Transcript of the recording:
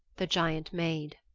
the giant maid.